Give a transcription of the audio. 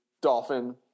dolphin